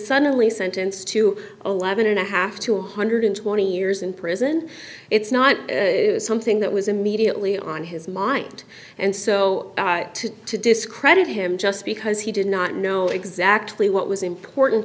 suddenly sentenced to eleven and a half two hundred and twenty years in prison it's not something that was immediately on his mind and so to to discredit him just because he did not know exactly what was important